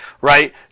right